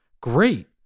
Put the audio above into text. Great